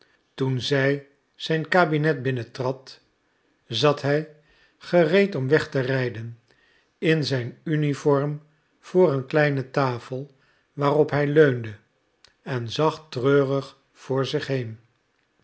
toen zij zijn kabinet binnentrad zat hij gereed om weg te rijden in zijn uniform voor een kleine tafel waarop hij leunde en zag treurig voor zich heen